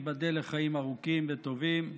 ייבדל לחיים ארוכים וטובים,